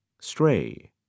Stray